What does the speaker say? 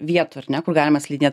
vietų ar ne kur galima slidinėt